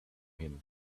him